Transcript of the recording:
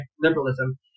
liberalism